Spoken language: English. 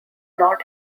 not